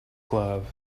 glove